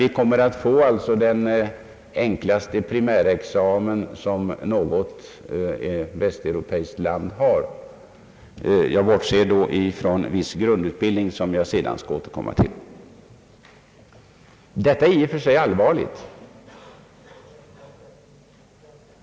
Vi kommer att få den enklaste primärexamen som något västeuropeiskt land har — jag bortser då ifrån viss grundutbildning, som jag senare skall be ati få återkomma till. Detta är i och för sig allvarligt.